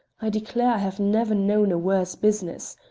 i declare i have never known a worse business,